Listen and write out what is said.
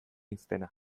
izena